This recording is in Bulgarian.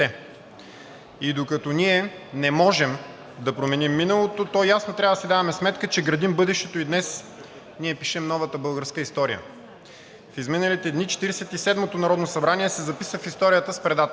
И докато ние не можем да променим миналото, то ясно трябва да си даваме сметка, че градим бъдещето и днес ние пишем новата българска история. В изминалите дни Четиридесет и седмото народно събрание се записа в историята с предателство